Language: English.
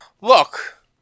Look